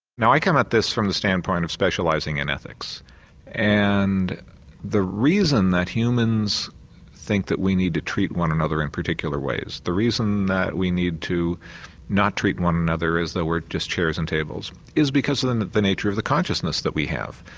now i come at this from the standpoint of specialising in and ethics and the reason that humans think that we need to treat one another in particular ways, the reason that we need to not treat one another as though we're just chairs and tables is because of the nature of the consciousness that we have.